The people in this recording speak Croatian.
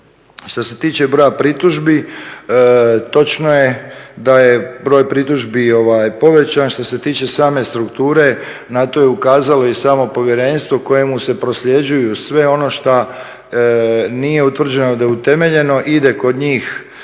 Što se tiče broja pritužbi, točno je da je broj pritužbi povećan, što se tiče same strukture, na to je ukazalo i samo povjerenstvo kojemu se prosljeđuju sve ono što nije utvrđeno da je utemeljeno ide kod njih